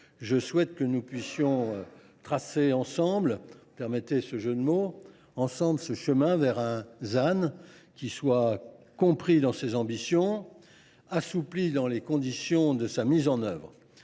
je souhaite que nous puissions ensemble tracer, si vous me permettez ce jeu de mots, le chemin vers un ZAN qui soit compris dans ses ambitions et assoupli dans ses conditions de mise en œuvre.